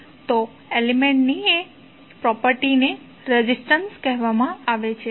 તો એલિમેન્ટની તે પ્રોપર્ટીને રેઝિસ્ટન્સ કહેવામાં આવે છે